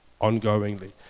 ongoingly